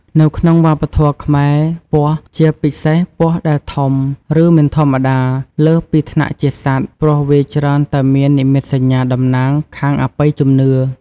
នៅក្នុងវប្បធម៌ខ្មែរ ពស់ ជាពិសេសពស់ដែលធំ ឬមិនធម្មតា លើសពីថ្នាក់ជាសត្វ ព្រោះវាច្រើនតែមាននិមិត្តសញ្ញាតំណាងខាងអបិយជំនឿ។